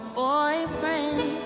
boyfriend